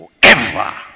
forever